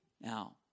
Now